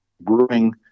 brewing